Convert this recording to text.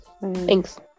Thanks